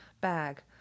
Bag